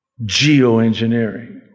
geoengineering